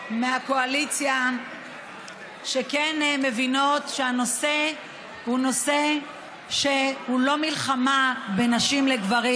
מהקואליציה שכן מבינות שהנושא הוא לא מלחמה בין נשים לגברים,